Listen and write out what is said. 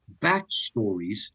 backstories